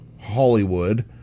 Hollywood